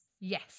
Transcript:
yes